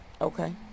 okay